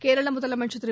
கேரள முதலமைச்சர் திரு